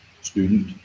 student